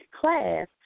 class